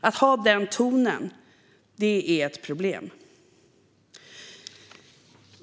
Att ha den tonen är ett problem.